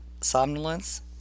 somnolence